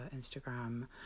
Instagram